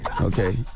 Okay